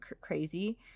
crazy